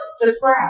subscribe